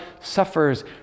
suffers